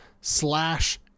slash